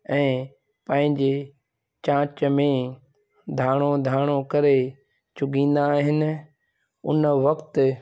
ऐं पंहिंजे चोंच में धाणो धाणो करे चुॻींदा आहिनि उन वक़्ति